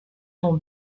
tons